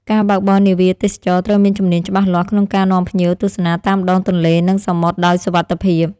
អ្នកបើកបរនាវាទេសចរណ៍ត្រូវមានជំនាញច្បាស់លាស់ក្នុងការនាំភ្ញៀវទស្សនាតាមដងទន្លេនិងសមុទ្រដោយសុវត្ថិភាព។